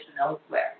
elsewhere